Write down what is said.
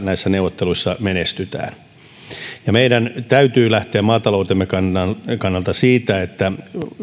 näissä neuvotteluissa menestytään meidän täytyy lähteä maataloutemme kannalta siitä että